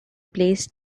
placed